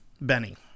Benny